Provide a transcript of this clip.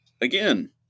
Again